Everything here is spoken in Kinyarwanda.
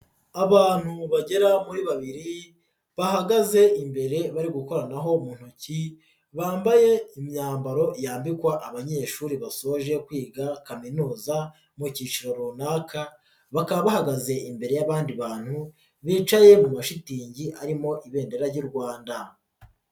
abantu bagera kuri babiri bahagaze imbere bari gukorana mu ntoki, bambaye imyambaro yambikwa abanyeshuri basoje kwiga kaminuza mu cyiciro runaka, bakaba bahagaze imbere y'abandi bantu bicaye mu mashitingi arimo ibendera ry'u Rwanda.